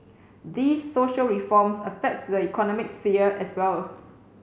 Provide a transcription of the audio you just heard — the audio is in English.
these social reforms affect the economic sphere as well